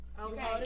Okay